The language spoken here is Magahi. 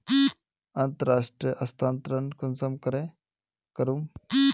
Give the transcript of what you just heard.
अंतर्राष्टीय स्थानंतरण कुंसम करे करूम?